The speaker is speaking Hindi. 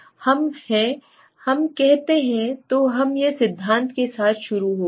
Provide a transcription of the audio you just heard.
हम हैं हम कहते हैं तो हम हैं सिद्धांत के साथ शुरू किया